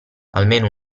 almeno